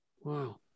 Wow